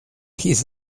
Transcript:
his